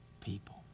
people